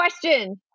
question